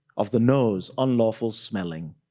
of the nose, unlawful smelling,